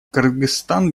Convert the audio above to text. кыргызстан